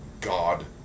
god